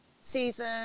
season